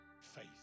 faith